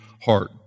heart